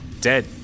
dead